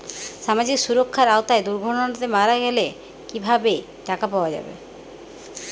সামাজিক সুরক্ষার আওতায় দুর্ঘটনাতে মারা গেলে কিভাবে টাকা পাওয়া যাবে?